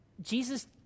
jesus